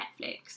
Netflix